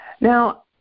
Now